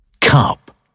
Cup